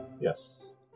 Yes